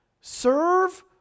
Serve